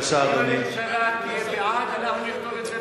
אדוני, זה יהיה כתוב גם ב"בשבע", אנחנו מתרגשים.